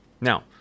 Now